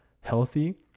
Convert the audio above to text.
healthy